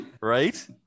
right